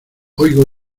oigo